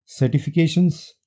Certifications